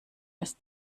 ist